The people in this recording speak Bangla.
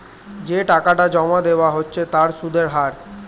যে টাকাটা জমা দেওয়া হচ্ছে তার সুদের হার